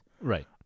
Right